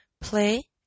Play